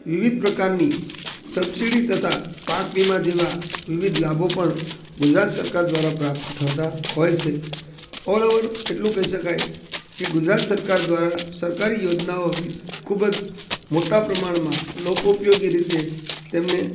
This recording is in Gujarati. વિવિધ પ્રકારની સબસીડી તથા પાક વીમા જેવા વિવિધ લાભો પણ ગુજરાત સરકાર દ્વારા પ્રાપ્ત થતા હોય છે ઓલઓવર એટલું કહી શકાય કે ગુજરાત સરકાર દ્વારા સરકારી યોજનાઓ ખૂબ જ મોટા પ્રમાણમાં લોક ઉપયોગી રીતે તેમને